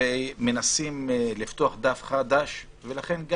ומנסים לפתוח דף חדש ולכן,